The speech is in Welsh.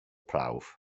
prawf